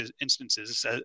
instances